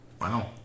Wow